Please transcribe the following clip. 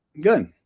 good